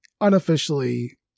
unofficially